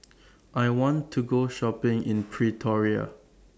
I want to Go Shopping in Pretoria